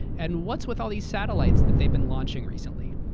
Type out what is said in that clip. and what's with all these satellites that they've been launching recently?